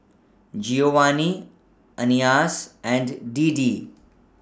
Giovanni Anais and Deedee